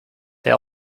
they